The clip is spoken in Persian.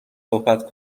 صحبت